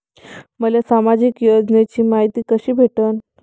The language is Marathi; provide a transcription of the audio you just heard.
मले सामाजिक योजनेची मायती कशी भेटन?